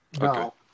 No